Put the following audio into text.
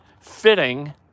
fitting